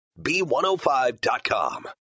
B105.com